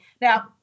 Now